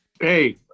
hey